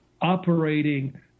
operating